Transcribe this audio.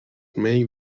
make